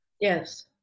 Yes